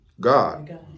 God